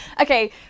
Okay